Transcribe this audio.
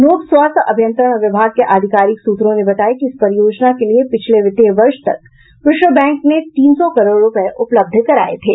लोक स्वास्थ्य अभियंत्रण विभाग के आधिकारिक सूत्रों ने बताया कि इस परियोजना के लिए पिछले वित्तीय वर्ष तक विश्व बैंक ने तीन सौ करोड़ रूपये उपलब्ध कराये थे